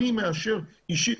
אני מאשר אישית.